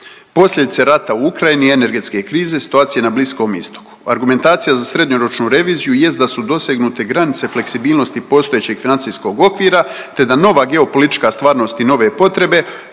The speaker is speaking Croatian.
posljedice rata u Ukrajini, energetske krize, situacije na Bliskom Istoku. Argumentacija za srednjoročnu reviziju jest da su dosegnute granice fleksibilnosti postojećeg financijskog okvira te da nova geopolitička stvarnost i nove potrebe